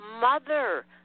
mother